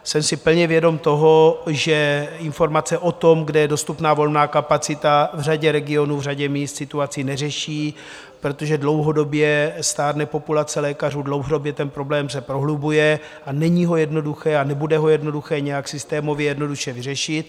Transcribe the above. Jsem si plně vědom toho, že informace o tom, kde je dostupná volná kapacita v řadě regionů, v řadě míst situaci neřeší, protože dlouhodobě stárne populace lékařů, dlouhodobě problém se prohlubuje a není ho jednoduché a nebude ho jednoduché nějak systémově a jednoduše vyřešit.